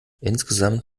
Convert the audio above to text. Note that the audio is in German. insgesamt